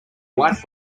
white